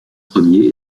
premier